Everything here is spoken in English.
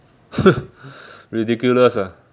ridiculous ah